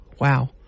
Wow